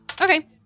Okay